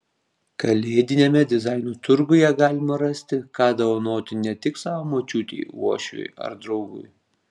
kalėdiniame dizaino turguje galima rasti ką dovanoti ne tik savo močiutei uošviui ar draugui